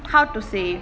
how to say